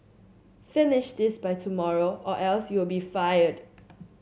finish this by tomorrow or else you'll be fired